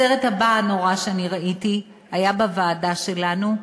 הסרט הנורא הבא שאני ראיתי היה בוועדה שלנו,